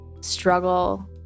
struggle